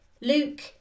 Luke